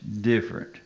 different